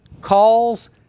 calls